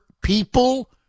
people